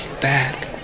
back